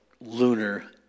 lunar